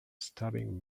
stabbing